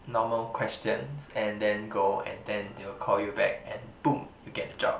normal questions and then go and then they will call you back boom and you get the job